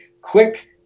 quick